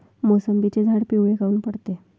मोसंबीचे झाडं पिवळे काऊन पडते?